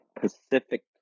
pacific